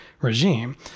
regime